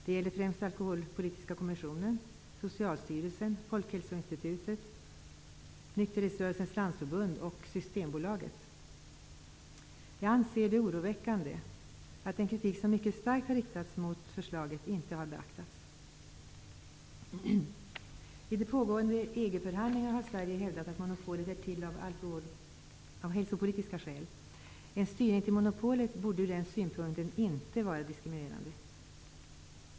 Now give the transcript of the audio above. Det gäller främst Jag anser att det är oroväckande att den mycket starka kritiken mot förslaget inte har beaktats. I de pågående EG-förhandlingarna har Sverige hävdat att monopolet finns av hälsopolitiska skäl. En styrning till monopolet borde från den synpunkten inte vara diskriminerande.